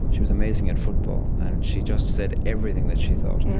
she was amazing at football, and she just said everything that she thought. yeah